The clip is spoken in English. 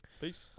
Peace